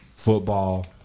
Football